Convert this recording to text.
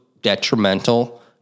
Detrimental